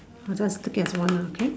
I just take it as one lah okay